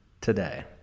today